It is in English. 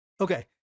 Okay